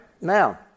Now